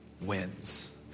wins